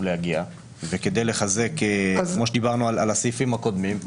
להגיע וכדי לחזק כמו שדיברנו על הסעיפים הקודמים.